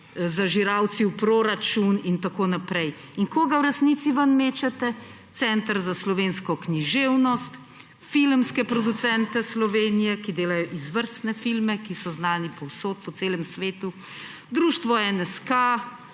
zažiralci v proračun in tako naprej. In koga v resnici ven mečete? Center za slovensko književnost; filmske producente Slovenije, ki delajo izvrstne filme, ki so znani povsod po celem svetu; društvo NSK,